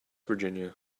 virginia